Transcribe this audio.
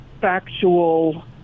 factual